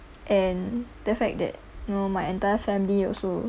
and the fact that you know my entire family also